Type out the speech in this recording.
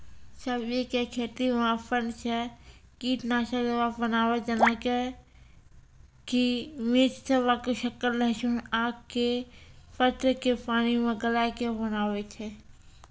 सब्जी के खेती मे अपन से कीटनासक दवा बनाबे जेना कि मिर्च तम्बाकू शक्कर लहसुन आक के पत्र के पानी मे गलाय के बनाबै छै?